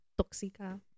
Toxica